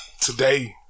today